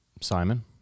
Simon